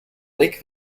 lake